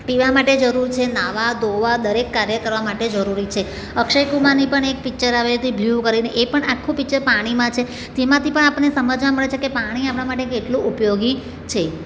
પીવા માટે જરૂર છે નાહવા ધોવા દરેક કાર્ય કરવા માટે જરૂરી છે અક્ષય કુમારની પણ એક પિક્ચર આવી હતી બ્લૂ કરીને એ પણ આખું પિક્ચર પાણીમાં છે તેમાંથી પણ આપણને સમજવા મળે છે કે પાણી આપણા માટે કેટલું ઉપયોગી છે